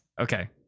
okay